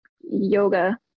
yoga